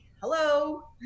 hello